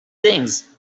things